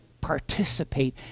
participate